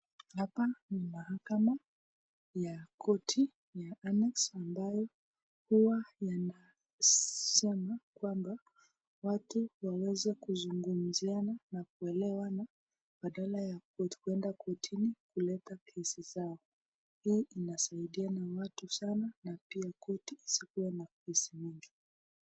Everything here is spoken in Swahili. Hapa ni mahakama ya koti ya Annex ambayo huwa inasema kwamba watu waweze kuzungumziana na kuelewana badala ya kuenda kotini kuleta kesi zao. Hii inasaidiana na watu sana na pia koti isikuwe na kesi mingi.